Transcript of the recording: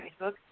Facebook